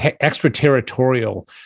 extraterritorial